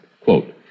quote